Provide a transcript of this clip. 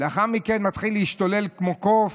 לאחר מכן מתחיל להשתולל כמו קוף,